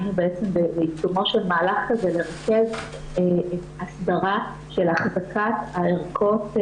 הייתי בעצם בעיצומו של מהלך כזה לרכז הסדרה של החזקת הערכות,